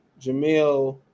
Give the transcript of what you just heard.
Jamil